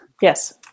yes